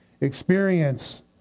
experience